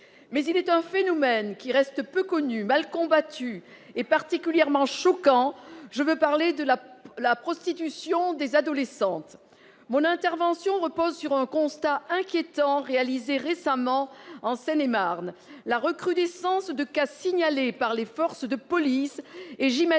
Mais il est un phénomène qui reste peu connu, mal combattu et particulièrement choquant, je veux parler de la prostitution des adolescentes. Mon intervention repose sur un constat inquiétant, réalisé récemment en Seine-et-Marne : la recrudescence de cas signalés par les forces de police, dont j'imagine